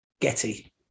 Getty